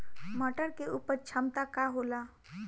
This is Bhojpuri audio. मटर के उपज क्षमता का होला?